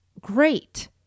great